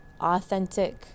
authentic